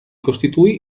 costituì